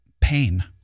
pain